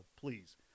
please